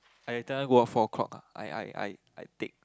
I every time go out four o-clock ah I I I tick